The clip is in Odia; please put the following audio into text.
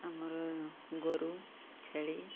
ଆମର ଗୋରୁ ଛେଳି